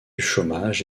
chômage